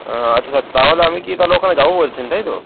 আচ্ছা আচ্ছা তাহলে আমি কি তাহলে ওখানে যাবো বলছেন তাই তো